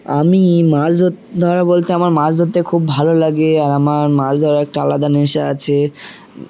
আমি মাছ ধর ধরা বলতে আমার মাছ ধরতে খুব ভালো লাগে আর আমার মাছ ধরা একটা আলাদা নেশা আছে